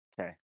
Okay